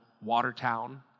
Watertown